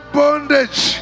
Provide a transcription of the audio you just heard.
bondage